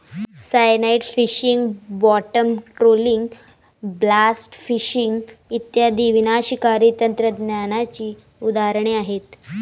cyanide fishing, bottom trawling, blast fishing इत्यादी विनाशकारी तंत्रज्ञानाची उदाहरणे आहेत